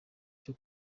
cyo